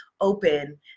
open